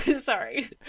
Sorry